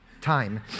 time